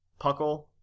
puckle